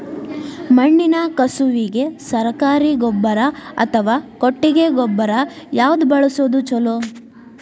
ಮಣ್ಣಿನ ಕಸುವಿಗೆ ಸರಕಾರಿ ಗೊಬ್ಬರ ಅಥವಾ ಕೊಟ್ಟಿಗೆ ಗೊಬ್ಬರ ಯಾವ್ದು ಬಳಸುವುದು ಛಲೋ?